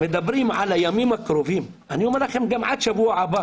גברתי היושבת-ראש, הוא אומר לך במפורש